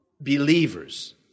believers